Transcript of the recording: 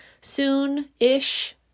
soon-ish